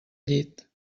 llit